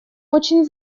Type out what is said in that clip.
очень